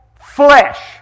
flesh